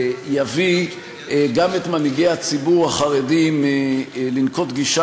יביא גם את מנהיגי הציבור החרדי לנקוט גישה